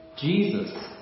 Jesus